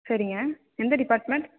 சரிங்க எந்த டிபார்ட்மென்ட்